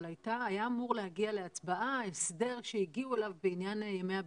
אבל היה אמור להגיע להצבעה הסדר שהגיעו אליו בעניין ימי הבידוד,